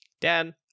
Dan